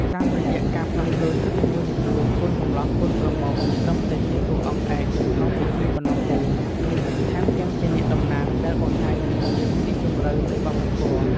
តាមរយៈការផ្លាស់ប្ដូរឈុតនីមួយៗ កូនកម្លោះកូនក្រមុំមិនត្រឹមតែជាតួអង្គឯកនៅក្នុងពិធីប៉ុណ្ណោះទេ ថែមទាំងជាអ្នកតំណាងដែលបង្ហាញពីភាពស៊ីជម្រៅនៃវប្បធម៌។